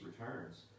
returns